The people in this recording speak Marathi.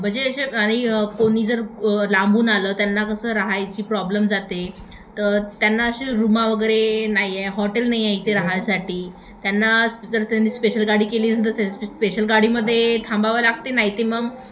म्हणजे असे आणि कोणी जर लांबून आलं त्यांना कसं राहायची प्रॉब्लेम जाते तर त्यांना असे रूमा वगैरे नाही आहे हॉटेल नाही आहे इथे राहायसाठी त्यांना स् जर त्यांनी स्पेशल गाडी केली असेल तर त्या स्पेशल गाडीमध्ये थांबावं लागते नाहीतर मग